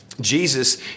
Jesus